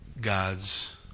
God's